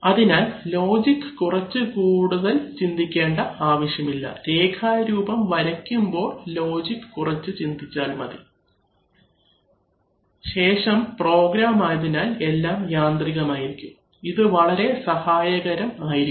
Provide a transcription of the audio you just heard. അതിനാൽ ലോജിക് കുറിച്ച് കൂടുതൽ ചിന്തിക്കേണ്ട ആവശ്യമില്ല രേഖാ രൂപം വരയ്ക്കുമ്പോൾ ലോജിക് കുറിച്ച് ചിന്തിച്ചാൽ മതി ശേഷം പ്രോഗ്രാം ആയതിനാൽ എല്ലാം യാന്ത്രികമായിരിക്കും ഇത് വളരെ സഹായകരം ആയിരിക്കും